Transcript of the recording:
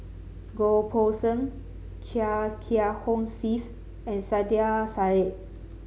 Goh Poh Seng Chia Kiah Hong Steve and Saiedah Said